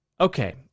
Okay